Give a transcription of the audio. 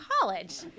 college